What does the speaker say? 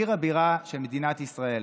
עיר הבירה של מדינת ישראל.